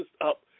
up